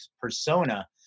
persona